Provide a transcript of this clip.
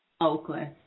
Oakland